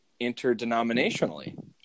interdenominationally